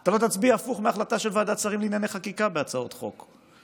אתה לא תצביע הפוך מההחלטה של ועדת שרים לענייני חקיקה בהצעות חוק,